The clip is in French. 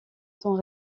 temps